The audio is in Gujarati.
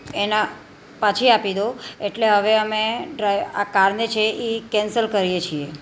એના પાછી આપી દો એટલે હવે અમે ડ્રાઈ આ કારને છે એ હવે કેન્સલ કરીએ છીએ